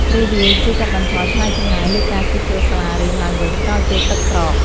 ព្រោះវាជួយកាត់បន្ថយថ្លៃចំណាយលើការជួសជុលសាលារៀនឡើងវិញក្រោយពេលទឹកស្រក។